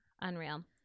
unreal